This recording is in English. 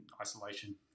isolation